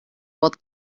old